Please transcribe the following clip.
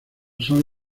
son